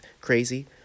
crazy